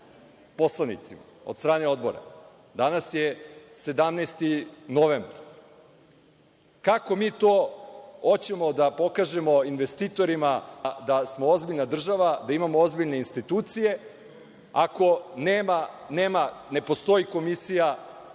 poslanicima od strane Odbora. Danas je 17. novembar. Kako mi to hoćemo da pokažemo investitorima da smo ozbiljna država, da imamo ozbiljne institucije, ako ne postoji komisija